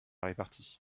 répartie